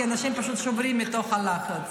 כי אנשים פשוט שוברים מתוך הלחץ.